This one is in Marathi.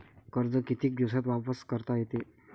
कर्ज कितीक दिवसात वापस करता येते?